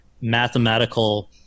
mathematical